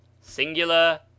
Singular